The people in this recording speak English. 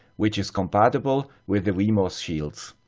which is compatible with the wemos shields.